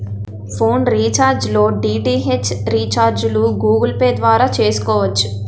phone recharge లో DTH రీఛార్జిలు Google Pay ద్వారా చేసుకోవచ్చు